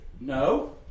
no